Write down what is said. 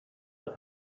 have